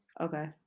Okay